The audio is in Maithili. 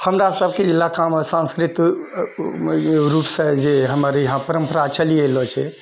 हमरासबके ईलाकामे सांस्कृत रूपसँ जे हमर ईहाँ परम्परा चली एलो छै